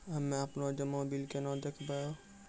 हम्मे आपनौ जमा बिल केना देखबैओ?